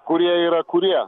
kurie yra kurie